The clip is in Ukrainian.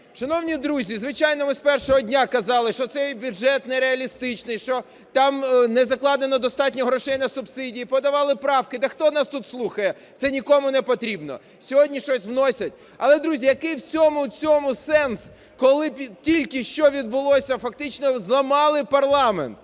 Шановні друзі, звичайно, ми з першого дня казали, що цей бюджет нереалістичний, що там не закладено достатньо грошей на субсидії, і подавали правки. Так хто нас тут слухає? Це нікому не потрібно. Сьогодні щось вносять. Але, друзі, який у всьому цьому сенс, коли тільки що, відбулося? Фактично зламали парламент,